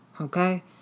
Okay